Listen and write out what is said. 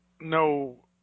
no